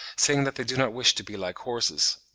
saying that they do not wish to be like horses.